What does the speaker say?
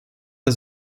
der